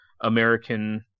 American